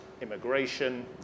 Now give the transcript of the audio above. immigration